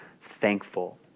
thankful